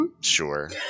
sure